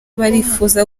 barifuza